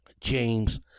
James